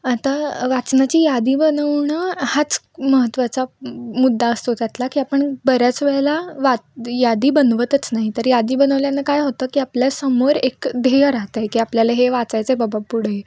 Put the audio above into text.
आता वाचनाची यादी बनवणं हाच महत्त्वाचा मुद्दा असतो त्यातला की आपण बऱ्याच वेळेला वा यादी बनवतच नाही तर यादी बनवल्यानं काय होतं की आपल्या समोर एक ध्येय राहतं आहे की आपल्याला हे वाचायचं आहे बाबा पुढे